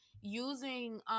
using